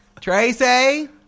Tracy